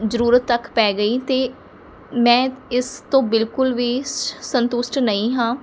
ਜ਼ਰੂਰਤ ਤੱਕ ਪੈ ਗਈ ਅਤੇ ਮੈਂ ਇਸ ਤੋਂ ਬਿਲਕੁਲ ਵੀ ਸੰ ਸੰਤੁਸ਼ਟ ਨਹੀਂ ਹਾਂ